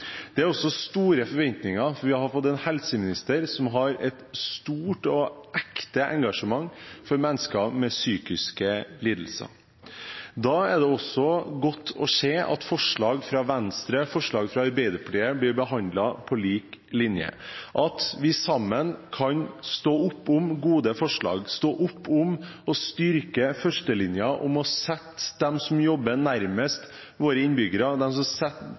Det er også store forventninger, for vi har fått en helseminister som har et stort og ekte engasjement for mennesker med psykiske lidelser. Da er det godt å se at forslag fra Venstre og fra Arbeiderpartiet blir behandlet på lik linje, og at vi sammen kan stå opp for gode forslag, stå opp for å styrke førstelinjen, og for å sette dem som jobber nærmest våre innbyggere – de som